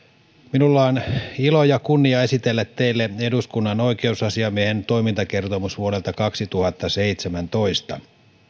minulla on ilo ja kunnia esitellä teille eduskunnan oikeusasiamiehen toimintakertomus vuodelta kaksituhattaseitsemäntoista